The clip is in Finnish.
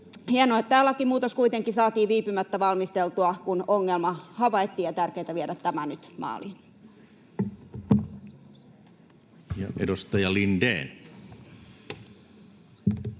Hienoa, että tämä lakimuutos kuitenkin saatiin viipymättä valmisteltua, kun ongelma havaittiin, ja on tärkeätä viedä tämä nyt maaliin.